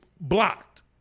blocked